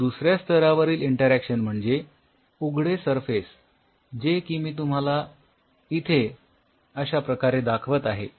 तर दुसऱ्या स्तरावरील इंटरॅक्शन म्हणजे उघडे सरफेस जे की मी तुम्हाला इथे या अश्याप्रकारे दाखवत आहे